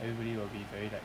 everybody will be very like